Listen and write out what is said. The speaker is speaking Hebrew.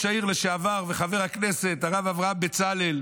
העיר לשעבר וחבר הכנסת הרב אברהם בצלאל,